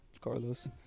Carlos